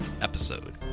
episode